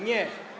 Nie.